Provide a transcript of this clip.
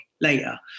later